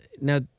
now